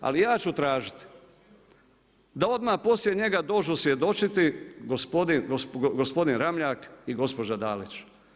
Ali ja ću tražiti da odmah poslije njega dođu svjedočiti gospodin Ramljak i gospođa Dalić.